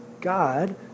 God